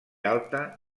alta